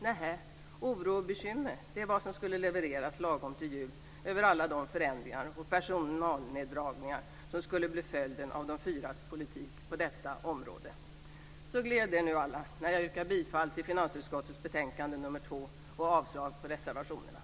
Nähä, oro och bekymmer, det är vad som skulle levereras lagom till jul över alla de förändringar och personalneddragningar som skulle bli följden av de fyras politik på detta område. Så gläd er nu alla när jag yrkar bifall till förslaget till beslut i finansutskottets betänkande nr 2 och avslag på reservationerna.